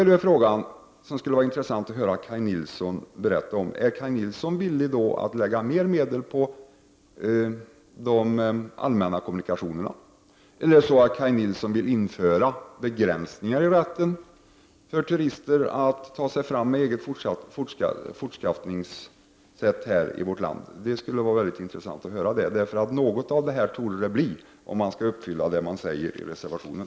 Det vore intressant att höra Kaj Nilssons svar på följande fråga: Är Kaj Nilsson villig att satsa mer medel på de allmänna kommunikationerna, eller vill Kaj Nilsson införa begränsningar i rätten för turister att ta sig fram med eget fortskaffningsmedel i vårt land? Det skulle vara intressant att få ett svar på detta. Något av dessa alternativ torde det bli om man skall uppfylla det som sägs i reservationen.